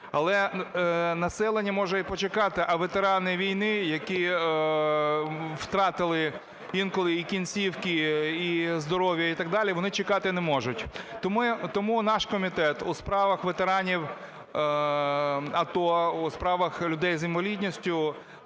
але населення може і почекати, а ветерани війни, які втратили інколи і кінцівки, і здоров'я і так далі, вони чекати не можуть. Тому наш Комітет у справах ветеранів АТО, у справах людей з інвалідністю